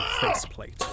faceplate